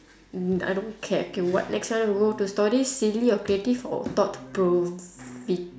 mm I don't care okay what next one move to stories silly or creative or thought proving